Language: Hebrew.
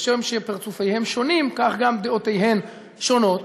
כשם שפרצופיהם שונים, כך גם דעותיהם שונות.